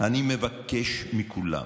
אני מבקש מכולם,